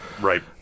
Right